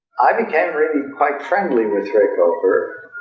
i became really quite friendly with rickover